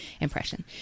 impression